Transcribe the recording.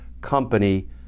company